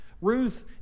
Ruth